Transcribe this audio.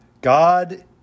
God